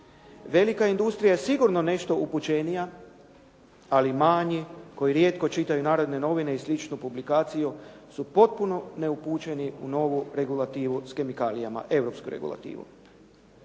Velika je industrija sigurno nešto upućenija, ali manji koji rijetko čitaju "Narodne novine" i sličnu publikaciju su potpuno neupućeni u novu regulativu s kemikalijama, europsku regulativu.